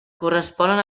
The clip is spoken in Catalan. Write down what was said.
corresponen